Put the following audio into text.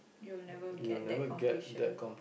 you will never get that completion